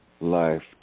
life